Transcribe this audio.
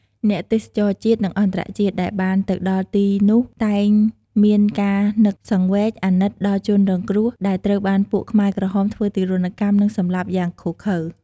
អ្នកទេសចរជាតិ និងអន្តរជាតិ ដែលបានទៅដល់ទីនោះ តែងមានការនឹកសង្វេគ អាណិត ដល់ជនរងគ្រោះ ដែលត្រូវបានពួកខ្មែរក្រហមធ្វើទារុណកម្ម និងសម្លាប់ យ៉ាងឃោឃៅ។